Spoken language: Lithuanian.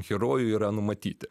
herojų yra numatyti